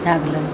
भै गेलहुँ